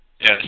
Yes